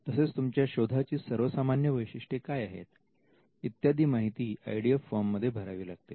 तसेच तुमच्या शोधाची सर्वसामान्य वैशिष्ट्ये काय आहेत इत्यादी माहिती आय डी एफ फॉर्म मध्ये भरावी लागते